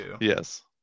yes